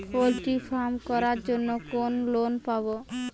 Poultry farm করার জন্য কোন লোন পাব?